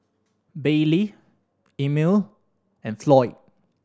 Baylee Emile and Floyd